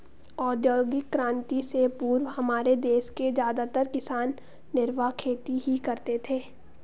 औद्योगिक क्रांति से पूर्व हमारे देश के ज्यादातर किसान निर्वाह खेती ही करते थे